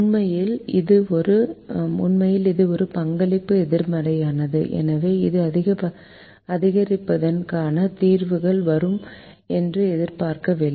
உண்மையில் இது பங்களிப்பு எதிர்மறையானது எனவே இது அதிகரிப்புக்கான தீர்வுக்கு வரும் என்று எதிர்பார்க்கப்படவில்லை